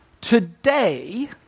today